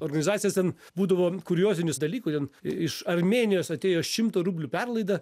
organizacijos ten būdavome kuriozinių dalykų ten i iš armėnijos atėjo šimto rublių perlaida